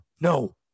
No